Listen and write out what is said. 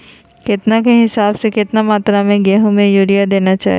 केतना के हिसाब से, कितना मात्रा में गेहूं में यूरिया देना चाही?